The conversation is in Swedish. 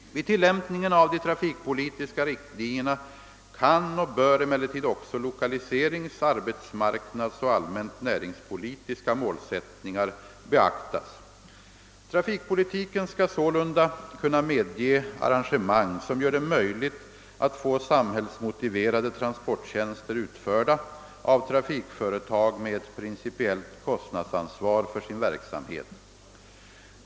Vid tilllämpningen av de trafikpolitiska riktlinjerna kan och bör emellertid också lokaliserings-, arbetsmarknadsoch allmänt näringspolitiska målsättningar beaktas. Trafikpolitiken skall sålunda kunna medge arrangemang som gör det möjligt att få samhällsmotiverade transporttjänster utförda av trafikföretag med ett principiellt kostnadsansvar för sin verksamhet.